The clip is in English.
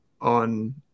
on